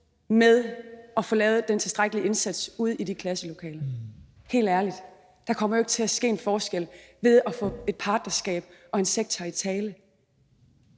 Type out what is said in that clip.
med at få lavet den tilstrækkelige indsats ude i de klasselokaler. Helt ærligt: Der kommer jo ikke til at ske en forskel ved at få et partnerskab og en sektor i tale.